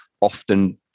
often